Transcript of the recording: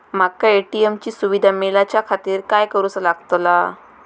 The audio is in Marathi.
माका ए.टी.एम ची सुविधा मेलाच्याखातिर काय करूचा लागतला?